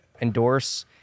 endorse